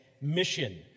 mission